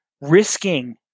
risking